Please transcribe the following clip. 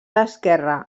esquerre